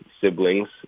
siblings